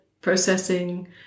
processing